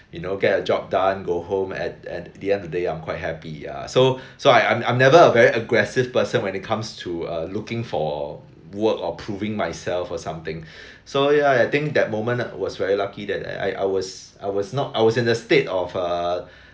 you know get a job done go home at at the end of the day I'm quite happy ya so so I'm I'm never a very aggressive person when it comes to uh looking for work or proving myself or something so ya I think that moment was very lucky that I I was I was not I was in the state of uh